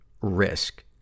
risk